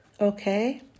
Okay